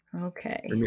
Okay